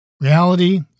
reality